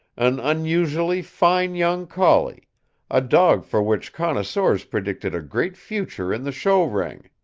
an unusually fine young collie a dog for which connoisseurs predicted a great future in the show ring.